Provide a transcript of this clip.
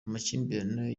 amakimbirane